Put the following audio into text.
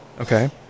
Okay